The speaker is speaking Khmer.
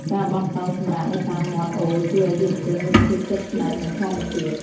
ការបោះតង់សម្រាកនៅតាមមាត់អូរជួយឱ្យយុវជនមានភាពជិតស្និទ្ធនឹងធម្មជាតិ។